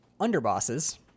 underbosses